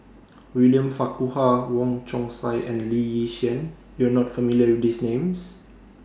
William Farquhar Wong Chong Sai and Lee Yi Shyan YOU Are not familiar with These Names